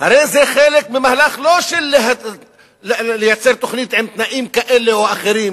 הרי זה חלק ממהלך לא לייצר תוכנית עם תנאים כאלה או אחרים,